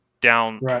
down